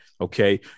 Okay